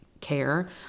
care